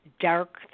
dark